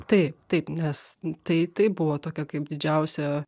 taip taip nes tai taip buvo tokia kaip didžiausia